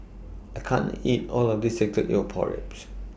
I can't eat All of This Salted Egg Pork Ribs